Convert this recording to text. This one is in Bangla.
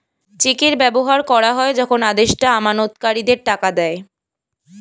চেকের ব্যবহার করা হয় যখন আদেষ্টা আমানতকারীদের টাকা দেয়